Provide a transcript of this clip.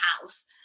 house